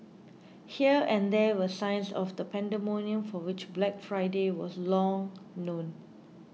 here and there were signs of the pandemonium for which Black Friday was long known